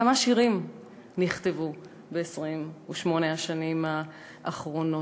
כמה שירים נכתבו ב-28 השנים האחרונות?